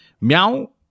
Meow